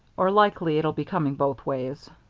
or likely it'll be coming both ways.